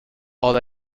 all